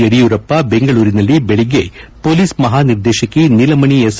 ಯಡಿಯೂರಪ್ಪ ಬೆಂಗಳೂರಿನಲ್ಲಿ ಬೆಳಗ್ಗೆ ಪೊಲೀಸ್ ಮಹಾ ನಿರ್ದೇಶಕಿ ನೀಲಮಣಿ ಎಸ್